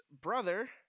brother